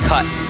Cut